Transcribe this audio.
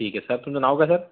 ठीक आहे सर तुमचं नाव काय सर